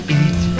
eat